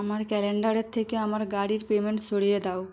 আমার ক্যালেন্ডারের থেকে আমার গাড়ির পেমেন্ট সরিয়ে দাও